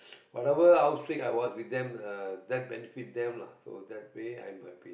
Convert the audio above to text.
whatever how strict I was with them uh that benefited them lah so that really I'm happy